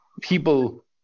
people